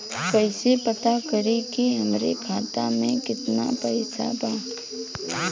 कइसे पता करि कि हमरे खाता मे कितना पैसा बा?